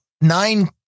nine